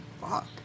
fuck